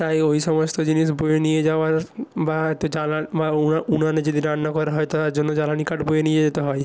তাই ওই সমস্ত জিনিস বয়ে নিয়ে যাওয়ার বা এতে জ্বালা বা উনানে যদি রান্না করা হয় তাহার জন্য জ্বালানি কাঠ বয়ে নিতে যেতে হয়